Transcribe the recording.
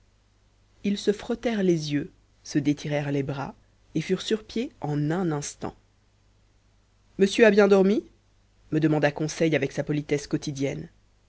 ils se frottèrent les yeux se détirèrent les bras et furent sur pied en un instant monsieur a bien dormi me demanda conseil avec sa politesse quotidienne